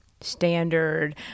standard